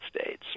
States